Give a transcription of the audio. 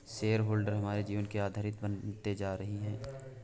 share holder हमारे जीवन की आधारशिला बनते जा रही है